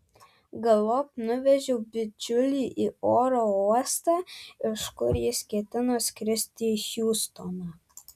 galop nuvežiau bičiulį į oro uostą iš kur jis ketino skristi į hjustoną